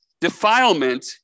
defilement